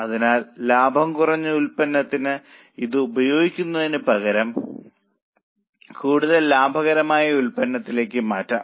അതിനാൽ ലാഭം കുറഞ്ഞ ഉൽപ്പന്നത്തിന് ഇത് ഉപയോഗിക്കുന്നതിന് പകരം കൂടുതൽ ലാഭകരമായ ഉൽപ്പന്നത്തിലേക്ക് മാറ്റാം